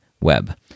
Web